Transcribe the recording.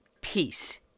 peace